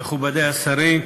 מכובדי השרים,